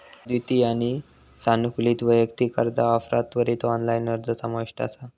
अद्वितीय आणि सानुकूलित वैयक्तिक कर्जा ऑफरात त्वरित ऑनलाइन अर्ज समाविष्ट असा